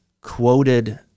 quoted